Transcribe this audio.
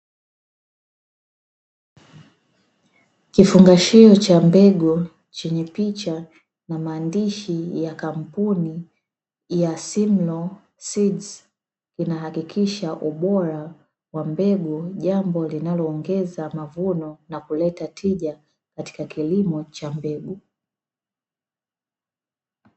Kifungashio cha mbegu chenye maandishi ya kampuni, inahakikisha ubora wa mbegu jambo linaloongeza mavuno na kuleta tija katika kilimo cha mbegu.